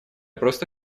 просто